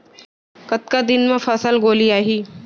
कतका दिन म फसल गोलियाही?